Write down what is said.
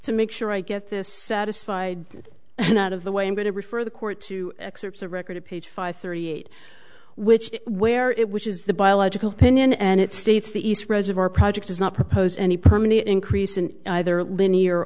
to make sure i get this satisfied and out of the way i'm going to refer the court to excerpts of record of page five thirty eight which where it which is the biological pinion and it states the east reservoir project does not propose any permanent increase in either linear